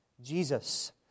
Jesus